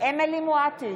נגד